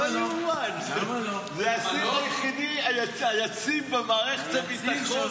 זה --- היחידי היציב במערכת הביטחון.